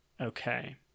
Okay